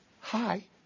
Hi